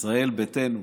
ישראל ביתנו.